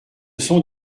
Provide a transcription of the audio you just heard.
sont